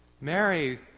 Mary